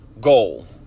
goal